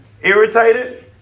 irritated